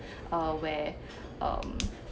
uh where um